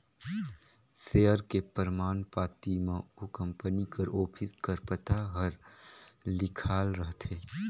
share के परमान पाती म ओ कंपनी कर ऑफिस कर पता हर लिखाल रहथे